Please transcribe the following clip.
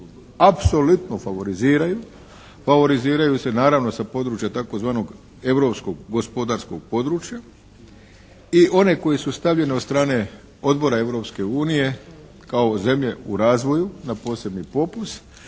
apsolutno favoriziraju. Favoriziraju se naravno sa područja tzv. europskog gospodarskog područja. I one koje su stavljene od strane Odbora Europske unije kao zemlje u razvoju na posebni popust.